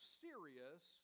serious